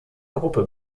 gruppe